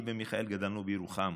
אני ומיכאל גדלנו בירוחם